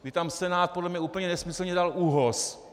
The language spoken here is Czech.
Kdy tam Senát podle mě úplně nesmyslně dal ÚOHS.